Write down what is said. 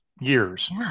years